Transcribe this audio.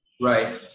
Right